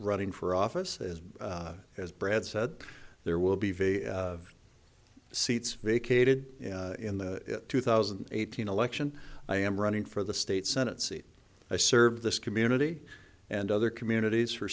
running for office is as brad said there will be seats vacated in the two thousand and eighteen election i am running for the state senate seat i serve this community and other communities for